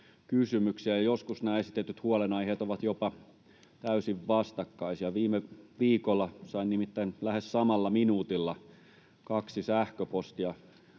kysymyksiä, ja joskus nämä esitetyt huolenaiheet ovat jopa täysin vastakkaisia. Viime viikolla sain nimittäin lähes samalla minuutilla kaksi sähköpostia